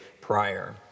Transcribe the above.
prior